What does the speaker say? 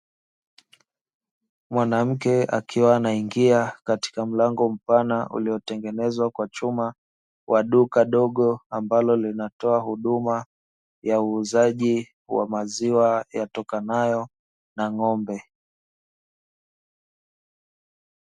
Mwanamke akiwa anaingia katika mlango mpana uliotengenezwa kwa chuma wa duka dogo ambalo linatoa huduma ya uuzaji wa maziwa yatokanayo na ng'ombe.